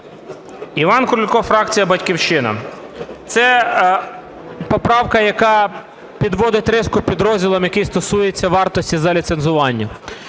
Іван Крулько, фракція "Батьківщина". Це поправка, яка підводить риску під розділом, який стосується вартості за ліцензування.